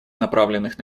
направленных